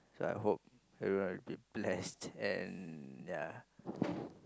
so I hope everyone will get blessed and ya